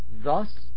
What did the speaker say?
Thus